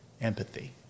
empathy